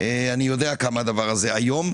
ואני יודע כמה הדבר הזה איום.